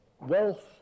wealth